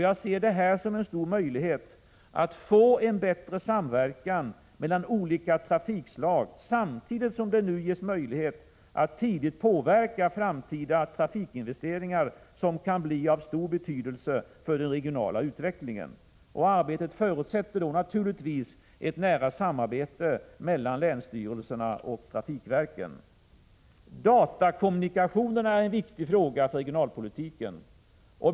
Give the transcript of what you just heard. Jag ser det här som en stor möjlighet att få en bättre samverkan mellan olika trafikslag — samtidigt som det nu ges möjlighet att tidigt påverka framtida trafikinvesteringar, som kan bli av stor betydelse för den regionala utvecklingen. Arbetet förutsätter naturligtvis ett nära samarbete mellan länsstyrelserna och trafikverken. Datakommunikationerna är en viktig fråga för regionalpolitiken.